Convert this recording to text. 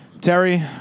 Terry